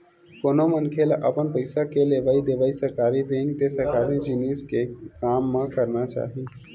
कोनो मनखे ल अपन पइसा के लेवइ देवइ सरकारी बेंक ते सरकारी जिनिस के काम म करना चाही